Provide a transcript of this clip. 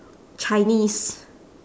chinese